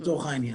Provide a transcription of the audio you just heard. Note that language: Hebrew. לצורך העניין.